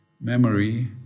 memory